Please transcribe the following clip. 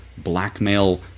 blackmail